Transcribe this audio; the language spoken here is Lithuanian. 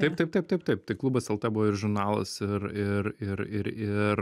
taip taip taip taip taip tai klubas eltė buvo ir žurnalas ir ir ir ir ir